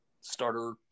starter